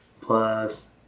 Plus